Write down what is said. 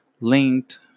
linked